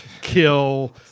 kill